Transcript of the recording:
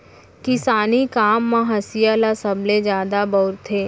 किसानी काम म हँसिया ल सबले जादा बउरथे